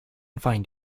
find